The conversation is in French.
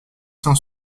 cent